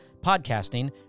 podcasting